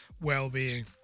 well-being